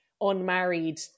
unmarried